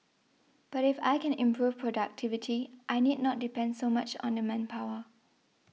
but if I can improve productivity I need not depend so much on the manpower